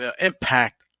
impact